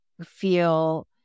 feel